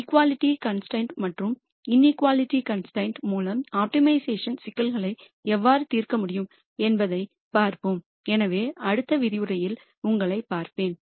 equality constraint மற்றும் inequality constraint மூலம் optimisation அடுத்த விரிவுரையில் உங்களைப் பார்ப்பேன்